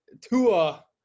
Tua